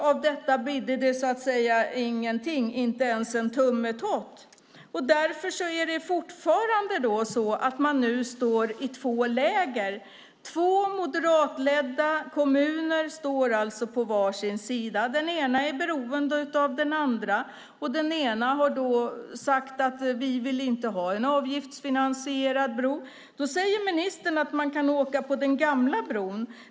Av detta bidde det så att säga inte ens en tummetott. Därför är det fortfarande två läger, två moderatledda kommuner som står på var sin sida. Den ena är beroende av den andra. Den ena har sagt att de inte vill ha en avgiftsfinansierad bro. Ministern säger att man kan åka på den gamla bron.